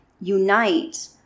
unite